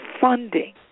funding